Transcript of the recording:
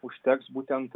užteks būtent